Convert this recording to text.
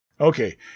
Okay